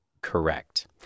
Correct